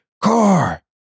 car